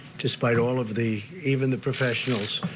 despite all of the even the professionals,